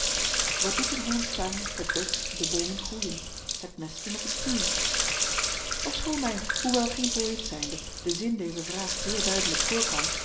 wat doet in hollands tuin het best de boomen groeien het mesten of het snoeien ofschoon mij hoewel geen poëet zijnde de zin dezer vraag zeer duidelijk voorkwam